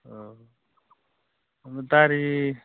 औ दारि